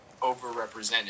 overrepresented